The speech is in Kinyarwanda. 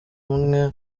umwe